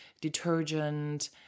detergent